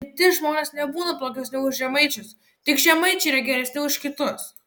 kiti žmonės nebūna blogesni už žemaičius tik žemaičiai yra geresni už kitus